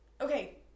Okay